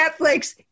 Netflix